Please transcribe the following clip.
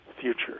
future